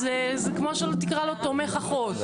אז זה כמו שלא תקרא לו תומך אחות.